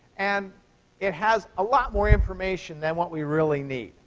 and it has a lot more information than what we really need,